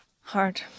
hard